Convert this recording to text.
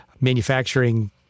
manufacturing